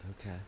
Okay